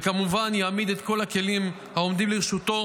וכמובן יעמיד את כל הכלים העומדים לרשותו